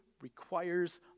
requires